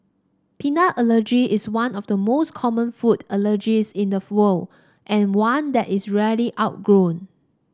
peanut allergy is one of the most common food allergies in the world and one that is rarely outgrown